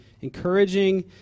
encouraging